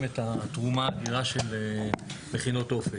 את התרומה האדירה של מכינות אופק,